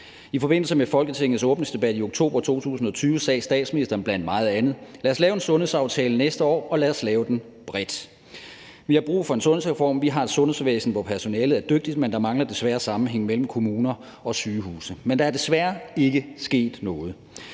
I forbindelse med Folketingets åbningsdebat i oktober 2020 sagde statsministeren blandt meget andet: Lad os lave en sundhedsaftale næste år, og lad os lave den bredt. Vi har brug for en sundhedsreform. Vi har et sundhedsvæsen, hvor personalet er dygtigt, men der mangler desværre sammenhæng mellem kommuner og sygehuse. Men der er desværre ikke sket noget.